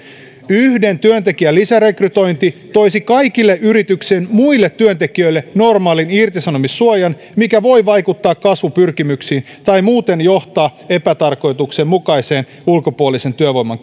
yhden työntekijän lisärekrytointi toisi kaikille yrityksen muille työntekijöille normaalin irtisanomissuojan mikä voi vaikuttaa kasvupyrkimyksiin tai johtaa muuten epätarkoituksenmukaiseen ulkopuolisen työvoiman